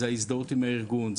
זה ההזדהות עם הארגון,